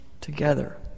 together